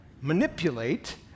manipulate